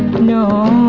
know